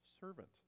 servant